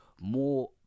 more